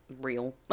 real